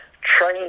train